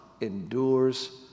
endures